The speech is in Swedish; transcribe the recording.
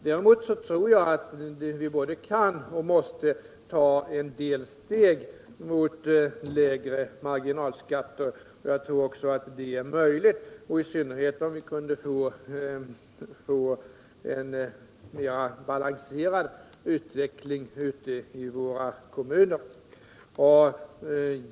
Däremot tror jag att vi både kan och måste ta en del steg mot lägre marginalskatter, och jag tror även att det är möjligt — i synnerhet om vi kunde få en mera balanserad utveckling ute i våra kommuner.